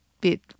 bit